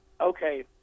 Okay